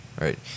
Right